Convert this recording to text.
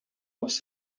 was